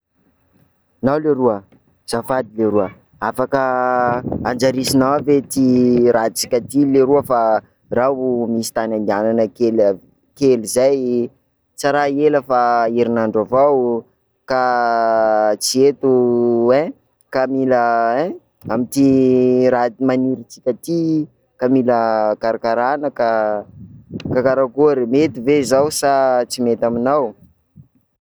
Nao leroa, azafady leroa, afaka anjarisinao ve ty rahantsika ty leroa fa r'aho misy tany andehanana kely- kely zay, tsa raha ela fa herinandro avao, ka tsy eto hein ka mila hein amin'ity raha manirintsika ty ka mila karakarana ka- ka karakory mety ve izao sa tsy mety aminao.